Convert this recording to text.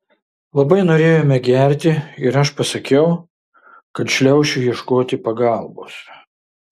labai norėjome gerti ir aš pasakiau kad šliaušiu ieškoti pagalbos